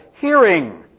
hearing